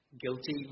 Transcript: Guilty